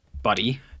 Buddy